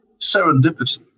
serendipity